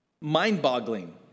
mind-boggling